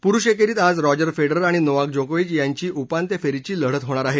पुरुष एकेरीत आज रॉजर फेडरर आणि नोवाक जोकोविच यांची उपांत्य फेरीची लढत होणार आहे